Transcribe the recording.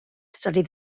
study